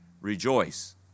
rejoice